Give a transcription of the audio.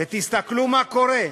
תסתכלו מה קורה.